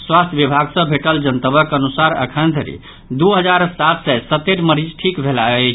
स्वास्थ्य विभाग सॅ भेटल जनतबक अनुसार अखन धरि दू हजार सात सय सतरि मरीज ठीक भेला अछि